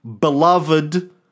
beloved